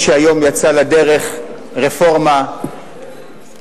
שהיום יצאה לדרך רפורמה משמעותית,